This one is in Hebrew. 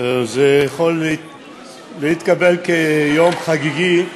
זה יכול להתקבל כיום חגיגי,